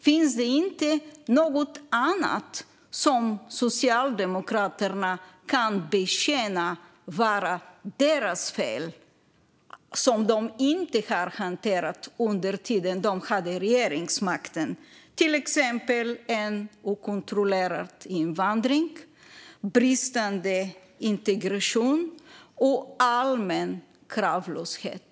Finns det inget Socialdemokraterna kan medge är deras fel och som de inte hanterade under sin tid vid regeringsmakten, till exempel en okontrollerad invandring, bristande integration och allmän kravlöshet?